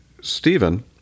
Stephen